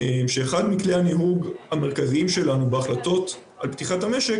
שאחד מכלי הניהוג המרכזיים שלנו בהחלטות על פתיחת המשק,